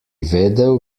vedel